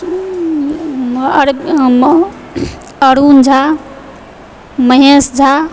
Arun Jha Mahesh Jha